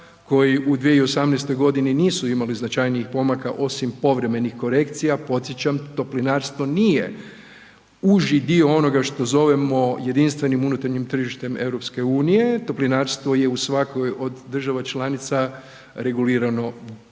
koji u 2018.g. nisu imali značajnih pomaka osim povremenih korekcija, podsjećam Toplinarstvo nije uži dio onoga što zovemo jedinstvenim unutarnjim tržištem EU, Toplinarstvo je u svakoj od država članica regulirano donekle